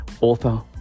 author